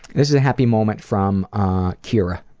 this is a happy moment from ah kira.